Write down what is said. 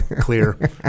clear